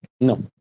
no